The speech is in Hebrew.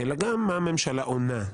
אלא גם מה הממשלה עונה.